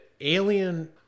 Alien